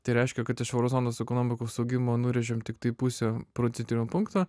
tai reiškia kad iš euro zonos ekonomikos augimo nurėžiam tiktai pusę procentinio punkto